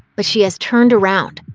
but she has turned around.